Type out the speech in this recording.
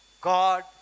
God